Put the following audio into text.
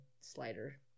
slider